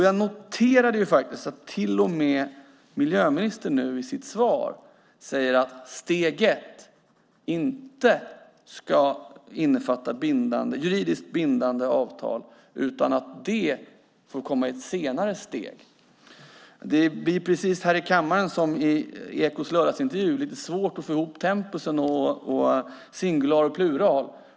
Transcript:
Jag noterade att till och med miljöministern i sitt svar säger att steg ett inte ska innefatta juridiskt bindande avtal, utan att det får komma i ett senare steg. Det blir här i kammaren, som i Ekot s lördagsintervju, lite svårt att få ihop tempus och singular och plural.